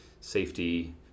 safety